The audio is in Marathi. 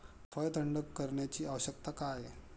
फळ थंड करण्याची आवश्यकता का आहे?